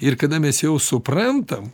ir kada mes jau suprantam